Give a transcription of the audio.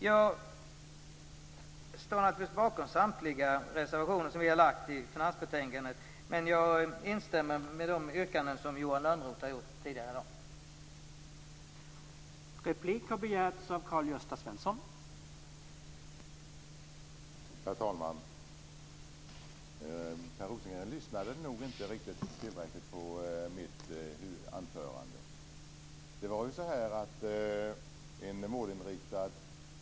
Jag står naturligtvis bakom samtliga Vänsterpartiets reservationer till finansbetänkandet, men jag instämmer i de yrkanden som Johan Lönnroth gjort tidigare i dag.